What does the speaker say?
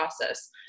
process